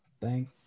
Thank